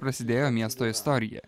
prasidėjo miesto istorija